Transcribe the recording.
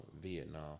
Vietnam